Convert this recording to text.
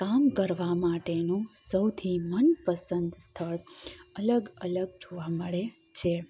કામ કરવા માટેનું સૌથી મનપસંદ સ્થળ અલગ અલગ જોવા મળે છે